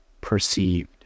perceived